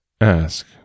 Ask